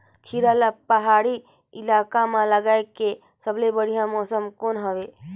खीरा ला पहाड़ी इलाका मां लगाय के सबले बढ़िया मौसम कोन हवे?